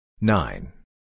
Nine